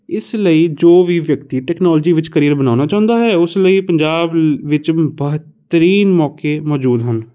ਇਸ ਲਈ ਜੋ ਵੀ ਵਿਅਕਤੀ ਟੈਕਨੋਲੋਜੀ ਵਿੱਚ ਕਰੀਅਰ ਬਣਾਉਣਾ ਚਾਹੁੰਦਾ ਹੈ ਉਸ ਲਈ ਪੰਜਾਬ ਵਿੱਚ ਬੇਹਤਰੀਨ ਮੌਕੇ ਮੌਜ਼ੂਦ ਹਨ